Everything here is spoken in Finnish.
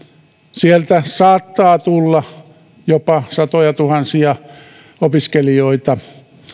sieltä saattaa tulla jopa satojatuhansia opiskelijoita